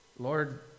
Lord